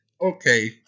Okay